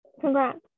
Congrats